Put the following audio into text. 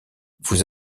vous